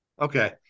Okay